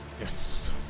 Yes